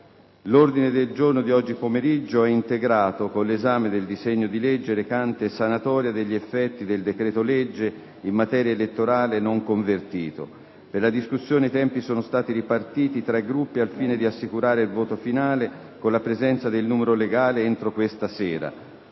L'ordine del giorno di oggi pomeriggio è integrato con 1'esame del disegno di legge recante sanatoria degli effetti del decreto-legge in materia elettorale non convertito. Per la discussione i tempi sono stati ripartiti tra i Gruppi al fine di assicurare il voto finale - con la presenza del numero legale - entro questa sera.